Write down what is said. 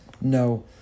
No